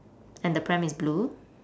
and the pram is blue